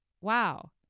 Wow